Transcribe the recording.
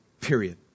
Period